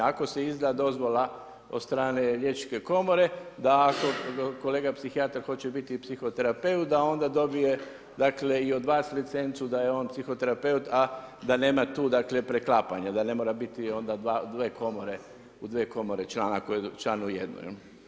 Ako se izda dozvola od strane liječničke komore, da ako kolega psihijatar hoće biti i psihoterapeut da onda dobije, dakle i od vas licencu da je on psihoterapeut, a da nema tu dakle preklapanja, da ne mora biti onda dve komore, u dve komore član ako je član u jednoj.